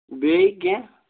بیٚیہِ کینٛہہ